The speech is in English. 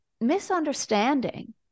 misunderstanding